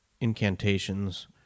incantations